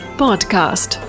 podcast